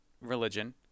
religion